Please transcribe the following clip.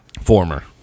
Former